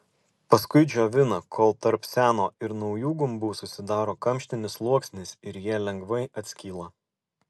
paskui džiovina kol tarp seno ir naujų gumbų susidaro kamštinis sluoksnis ir jie lengvai atskyla